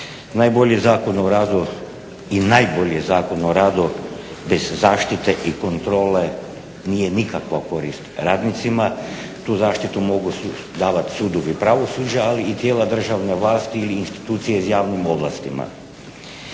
Najbolji Zakon o radu i najbolji Zakon o radu bez zaštite i kontrole nije nikakva korist radnicima. Tu zaštitu mogu davati sudovi i pravosuđa, ali i tijela državne vlasti ili institucije s javnim ovlastima.